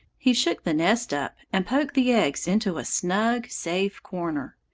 he shook the nest up and poked the eggs into a snug, safe corner.